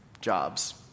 jobs